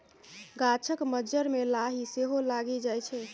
गाछक मज्जर मे लाही सेहो लागि जाइ छै